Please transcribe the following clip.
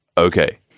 ok